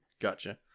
Gotcha